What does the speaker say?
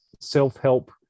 self-help